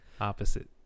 Opposite